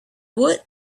woot